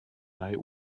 night